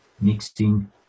mixing